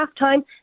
halftime